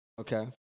okay